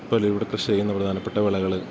ഇപ്പോഴിവിടെ കൃഷി ചെയ്യുന്ന പ്രധാനപ്പെട്ട വിളകള്